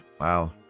Wow